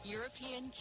European